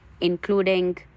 including